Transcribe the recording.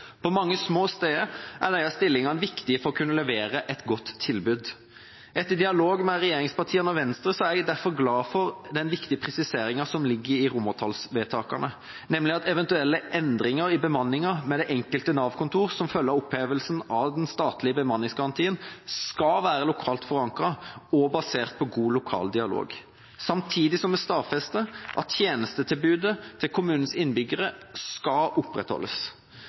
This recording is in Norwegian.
På mange små steder er disse stillingene viktige for å kunne levere et godt tilbud. Etter dialog med regjeringspartiene og Venstre er jeg derfor glad for den viktige presiseringen som ligger i romertallsvedtakene, nemlig at eventuelle endringer i bemanningen ved det enkelte Nav-kontor som følge av opphevelsen av den statlige bemanningsgarantien, skal være lokalt forankret og basert på god lokal dialog, samtidig som vi stadfester at tjenestetilbudet til kommunens innbyggere skal opprettholdes.